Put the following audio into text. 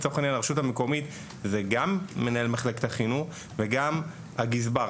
לצורך העניין רשות המקומית זה מנהל מחלקת החינוך וגם הגזבר.